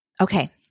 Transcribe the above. Okay